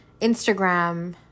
instagram